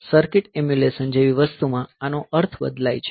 circuit emulation જેવી વસ્તુમાં આનો અર્થ બરાબર છે